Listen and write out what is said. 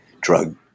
Drug –